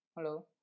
Hello